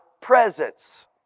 presence